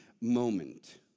moment